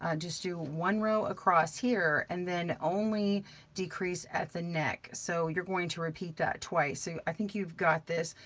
ah just do one row across here, and then only decrease at the neck. so you're going to repeat that twice. so i think you've got this.